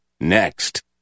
next